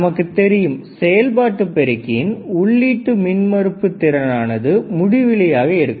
நமக்குத் தெரியும் செயல்பாட்டு பெருக்கியின் உள்ளீட்டு மின்மறுப்பு திறனானது முடிவிலியாக இருக்கும்